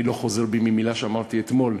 אני לא חוזר בי ממילה שאמרתי אתמול,